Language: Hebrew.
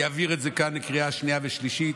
יעביר את זה כאן לקריאה שנייה ושלישית,